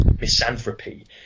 misanthropy